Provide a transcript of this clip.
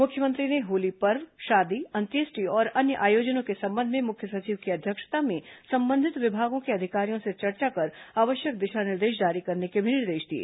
मुख्यमंत्री ने होली पर्व शादी अंत्येष्टि और अन्य आयोजनों के संबंध में मुख्य सचिव की अध्यक्षता में संबंधित विभागों के अधिकारियों से चर्चा कर आवश्यक दिशा निर्देश जारी करने के भी निर्देश दिए